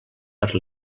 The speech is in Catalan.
per